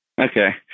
Okay